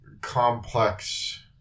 complex